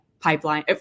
pipeline